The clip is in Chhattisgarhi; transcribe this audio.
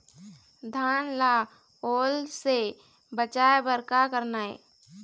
धान ला ओल से बचाए बर का करना ये?